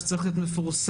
שצריך להיות מפורסם,